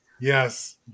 Yes